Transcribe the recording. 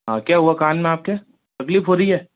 हाँ क्या हुआ कान में आप के तकलीफ़ हो रही है